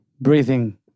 Breathing